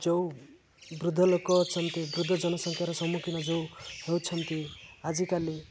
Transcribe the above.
ଯେଉଁ ବୃଦ୍ଧ ଲୋକ ଅଛନ୍ତି ବୃଦ୍ଧ ଜନସଂଖ୍ୟାର ସମ୍ମୁଖୀନ ଯେଉଁ ହେଉଛନ୍ତି ଆଜିକାଲି